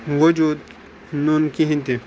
وجوٗد نوٚن کہینۍ تہٕ